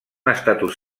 estatus